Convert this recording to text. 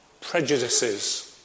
prejudices